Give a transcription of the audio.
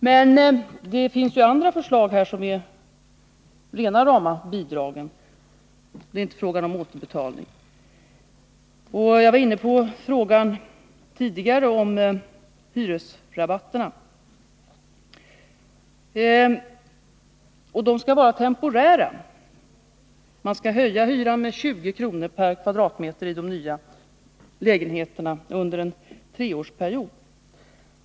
Men det finns andra förslag, där det är fråga om rena rama bidrag och alltså inte handlar om återbetalning. Jag var tidigare inne på frågan om hyresrabatterna. De skall vara temporära. Man skulle höja hyran med 20 kr. per kvadratmeter i de nya lägenheterna under en treårsperiod.